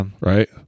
right